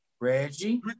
Reggie